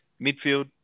Midfield